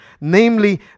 namely